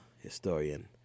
historian